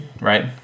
right